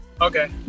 okay